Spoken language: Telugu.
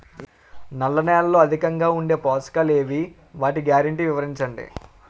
నల్ల నేలలో అధికంగా ఉండే పోషకాలు ఏవి? వాటి గ్యారంటీ వివరించండి?